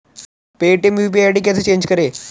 Paytm UPI ID कैसे change करें?